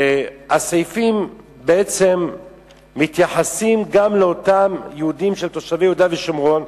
הסעיפים בעצם מתייחסים גם לאותם יהודים שהם תושבי יהודה ושומרון,